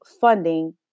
funding